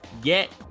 get